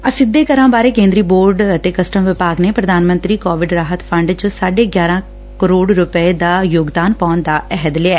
ਅਸਿੱਧੇ ਕਰਾ ਬਾਰੇ ਕੇ'ਦਰੀ ਬੋਰਡ ਅਤੇ ਕਸਟਮ ਵਿਭਾਗ ਨੇ ਪੁਧਾਨ ਮੰਤਰੀ ਕੋਵਿਡ ਰਾਹਤ ਫੰਡ 'ਚ ਸਾਢੇ ਗਿਆਰਾ ਕਰੋੜ ਰੁਪੈ ਦਾ ਯੋਗਦਾਨ ਪਾਉਣ ਦਾ ਅਹਿਦ ਲਿਐ